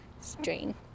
strain